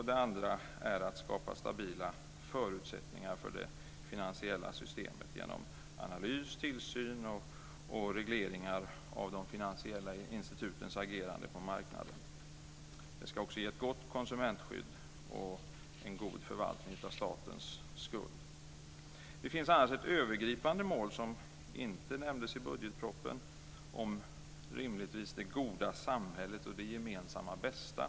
Det andra är att skapa stabila förutsättningar för det finansiella systemet genom analys, tillsyn och regleringar av de finansiella institutens agerande på marknaden. Det ska också ge ett gott konsumentskydd och en god förvaltning av statens skuld. Det finns annars rimligtvis ett övergripande mål som inte nämndes i budgetpropositionen om det goda samhället och det gemensamma bästa.